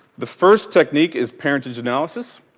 the first technique is parentage analysis,